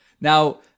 Now